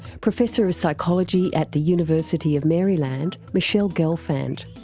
professor of psychology at the university of maryland, michele gelfand.